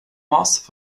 most